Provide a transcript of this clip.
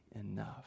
enough